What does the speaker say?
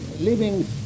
living